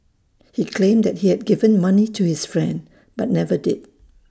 he claimed he had given the money to his friend but never did